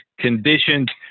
conditioned